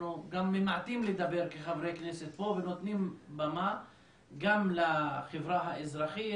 אנחנו גם ממעטים לדבר כחברי כנסת פה ונותנים במה גם לחברה האזרחית,